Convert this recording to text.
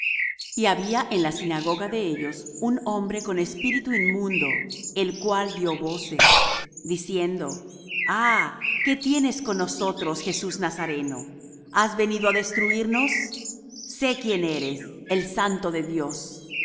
y había en la sinagoga de ellos un hombre con espíritu inmundo el cual dió voces diciendo ah qué tienes con nosotros jesús nazareno has venido á destruirnos sé quién eres el santo de dios